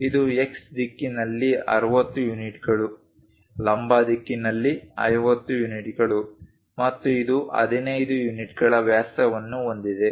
ಇದು X ದಿಕ್ಕಿನಲ್ಲಿ 60 ಯೂನಿಟ್ಗಳು ಲಂಬ ದಿಕ್ಕಿನಲ್ಲಿ 50 ಯೂನಿಟ್ಗಳು ಮತ್ತು ಇದು 15ಯೂನಿಟ್ಗಳ ವ್ಯಾಸವನ್ನು ಹೊಂದಿದೆ